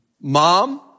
mom